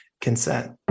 consent